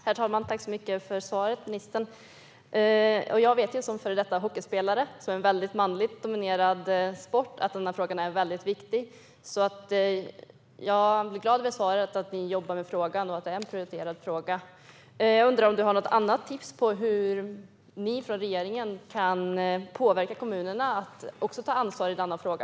Herr talman! Tack så mycket för svaret, ministern! Som före detta hockeyspelare - det är en väldigt manligt dominerad sport - vet jag att denna fråga är väldigt viktig. Jag är glad över svaret att ni jobbar med frågan och att den är prioriterad. Jag undrar om ministern har något tips på hur regeringen kan påverka kommunerna att ta ansvar i denna fråga?